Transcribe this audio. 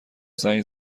زنگ